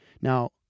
Now